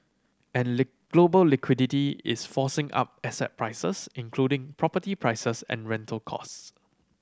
and global liquidity is forcing up asset prices including property prices and rental costs